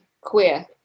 queer